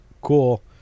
cool